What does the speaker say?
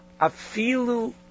afilu